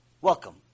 Welcome